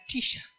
Tisha